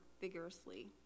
vigorously